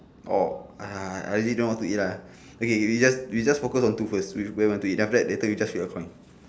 orh ah ah I legit don't know what to eat ah okay okay you just you just focus on two first we where want to eat then after that later we just flip a coin